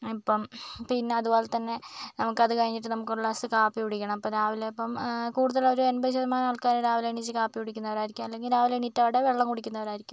ആ ഇപ്പം പിന്നെ അതുപോലെ തന്നെ നമുക്ക് അത് കഴിഞ്ഞിട്ട് നമുക്ക് ഒരു ഗ്ലാസ് കാപ്പി കുടിക്കണം അപ്പം രാവിലെയിപ്പം കൂടുതൽ ഒരു എൺപത് ശതമാനം ആൾക്കാരും രാവിലെ എണീച്ച് കാപ്പി കുടിക്കുന്നവർ ആയിരിക്കും അല്ലെങ്കിൽ രാവിലെ എണീറ്റാൽ ഉടൻ വെള്ളം കുടിക്കുന്നവരായിരിക്കും